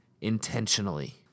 intentionally